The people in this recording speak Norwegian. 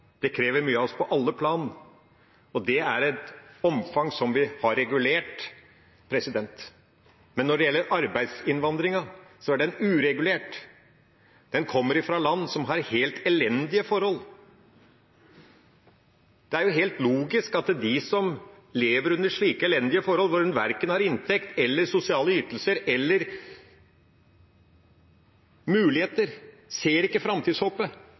Det krever mye av oss på alle plan, og det er et omfang som vi har regulert. Men arbeidsinnvandringen er uregulert, den kommer fra land som har helt elendige forhold. Det er jo helt logisk at de som lever under slike elendige forhold – hvor en verken har inntekt eller sosiale ytelser eller muligheter, hvor en ikke ser framtidshåpet – vender seg til